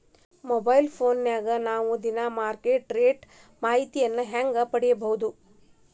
Mobile ಫೋನ್ಯಾಗ ನಾವ್ ದಿನಾ ಮಾರುಕಟ್ಟೆ ರೇಟ್ ಮಾಹಿತಿನ ಹೆಂಗ್ ಪಡಿಬೋದು?